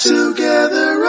Together